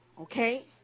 okay